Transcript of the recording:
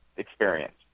experience